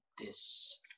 this-